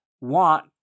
want